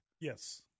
Yes